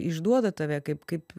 išduoda tave kaip kaip